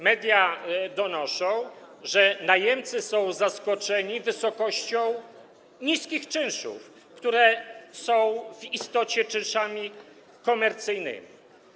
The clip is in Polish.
Media donoszą, że najemcy są zaskoczeni wysokością niskich czynszów, które są w istocie czynszami komercyjnymi.